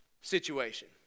situation